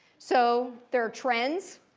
so they're trends.